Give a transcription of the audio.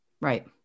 Right